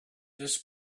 this